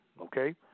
okay